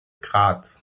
graz